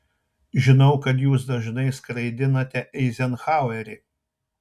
žinau kad jūs dažnai skraidinate eizenhauerį